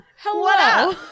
Hello